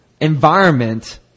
environment